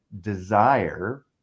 desire